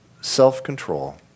self-control